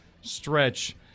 stretch